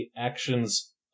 actions